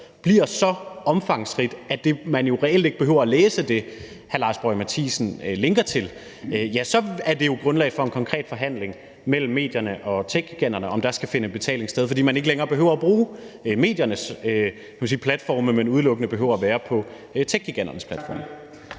bliver så omfangsrigt, at man jo reelt ikke behøver læse det, hr. Lars Boje Mathiesen linker til, så er det jo grundlag for en konkret forhandling mellem medierne og techgiganterne, i forhold til om der skal finde en betaling sted, fordi man ikke længere behøver bruge mediernes platforme, men udelukkende behøver være på techgiganternes platforme.